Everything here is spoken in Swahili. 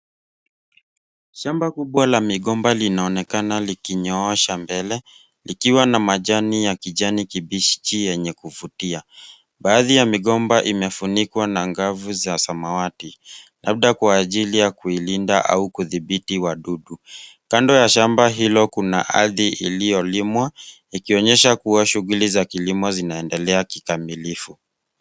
Shamba kubwa la migomba linaonekana likinyoosha mbele, likiwa na majani ya kijani kibichi yenye kuvutia. Baadhi ya migomba imefunikwa na ngavu za samawati, labda kwa ajili ya kuilinda au kudhibiti wadudu. Kando ya shamba hilo kuna ardhi iliyolimwa, ikionyesha kuwa shughuli za kilimo zinaendelea kikamilifu.